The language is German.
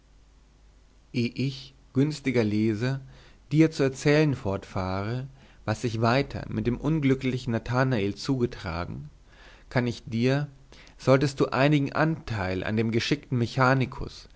ich günstiger leser dir zu erzählen fortfahre was sich weiter mit dem unglücklichen nathanael zugetragen kann ich dir solltest du einigen anteil an dem geschickten mechanikus